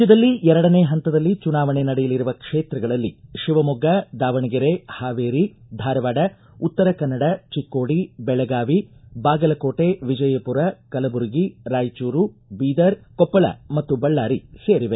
ರಾಜ್ದದಲ್ಲಿ ಎರಡನೇ ಹಂತದಲ್ಲಿ ಚುನಾವಣೆ ನಡೆಯಲಿರುವ ಕ್ಷೇತ್ರಗಳಲ್ಲಿ ಶಿವಮೊಗ್ಗ ದಾವಣಗೆರೆ ಹಾವೇರಿ ಧಾರವಾಡ ಉತ್ತರ ಕನ್ನಡ ಚಿಕ್ಕೋಡಿ ಬೆಳಗಾವಿ ಬಾಗಲಕೋಟೆ ವಿಜಯಪುರ ಕಲಬುರಗಿ ರಾಯಚೂರು ಬೀದರ್ ಕೊಪ್ಪಳ ಮತ್ತು ಬಳ್ಳಾರಿ ಸೇರಿವೆ